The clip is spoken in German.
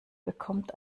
bekommt